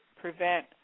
Prevent